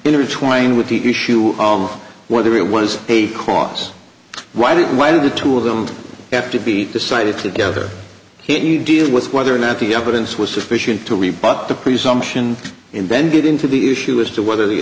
intertwined with the issue of whether it was a cause why didn't why did the two of them have to be decided together he'd deal with whether or not the evidence was sufficient to rebut the presumption in bend it into the issue as to whether the